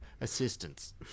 assistance